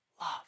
love